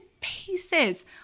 pieces